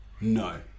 No